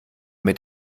mit